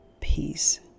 peace